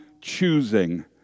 choosing